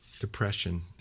depression